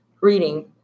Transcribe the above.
reading